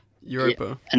Europa